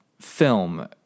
film